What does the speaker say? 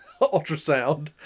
ultrasound